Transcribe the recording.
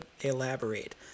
elaborate